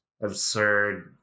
absurd